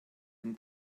den